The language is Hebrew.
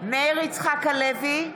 מאיר יצחק הלוי,